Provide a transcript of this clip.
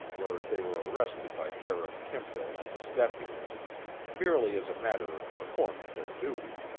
where they were arrested by sheriff kimbrall and his deputies merely as a matter of performing their duty,